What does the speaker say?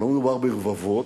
ולא מדובר ברבבות,